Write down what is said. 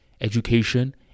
Education